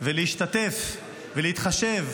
להשתתף ולהתחשב